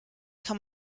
kann